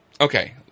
Okay